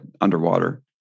Underwater